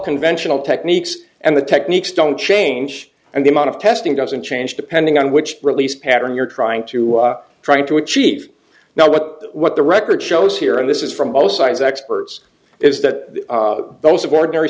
conventional techniques and the techniques don't change and the amount of testing doesn't change depending on which release pattern you're trying to trying to achieve now but what the record shows here and this is from all sides experts is that those of ordinary